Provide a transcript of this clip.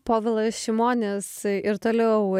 povilas šimonis ir toliau